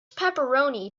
pepperoni